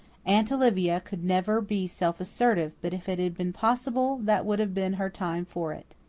aunt olivia could never be self-assertive, but if it had been possible that would have been her time for it.